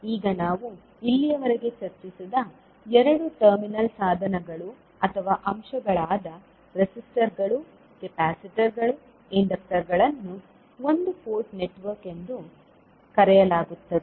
ಈಗ ನಾವು ಇಲ್ಲಿಯವರೆಗೆ ಚರ್ಚಿಸಿದ ಎರಡು ಟರ್ಮಿನಲ್ ಸಾಧನಗಳು ಅಥವಾ ಅಂಶಗಳಾದ ರೆಸಿಸ್ಟರ್ಗಳು ಕೆಪಾಸಿಟರ್ಗಳು ಇಂಡಕ್ಟರ್ಗಳನ್ನು ಒಂದು ಪೋರ್ಟ್ ನೆಟ್ವರ್ಕ್ ಎಂದು ಕರೆಯಲಾಗುತ್ತದೆ